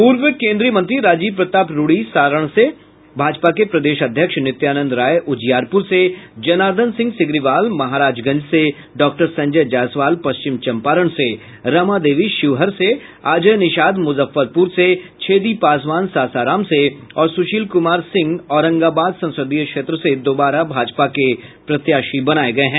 पूर्व केन्द्रीय मंत्री राजीव प्रताप रूडी सारण से भाजपा के प्रदेश अध्यक्ष नित्यानंद राय उजियारपुर से जनार्दन सिंह सिग्रीवाल महाराजगंज से डॉक्टर संजय जायसवाल पश्चिम चंपारण से रमा देवी शिवहर से अजय निषाद मुजफ्फरपुर से छेदी पासवान सासाराम से और सुशील कुमार सिंह औरंगाबाद संसदीय क्षेत्र से दोबारा भाजपा के प्रत्याशी बनाये गये हैं